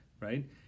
right